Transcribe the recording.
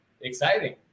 exciting